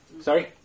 sorry